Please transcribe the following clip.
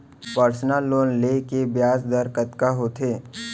Personal loan ले के ब्याज दर कतका होथे?